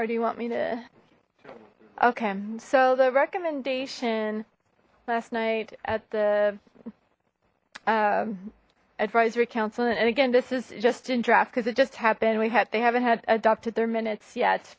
or do you want me to okay so the recommendation last night at the advisory council and again this is just in draft because it just happened we had they haven't had adopted their minutes yet